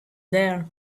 there